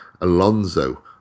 Alonso